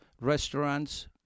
restaurants